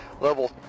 level